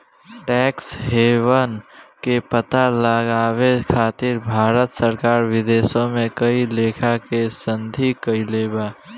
tax haven के पता लगावे खातिर भारत सरकार विदेशों में कई लेखा के संधि कईले बा